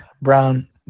Brown